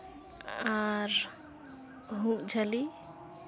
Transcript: ᱟᱨ ᱦᱩᱜ ᱡᱷᱟᱹᱞᱤ